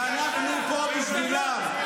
ואנחנו פה בשבילם,